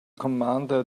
commander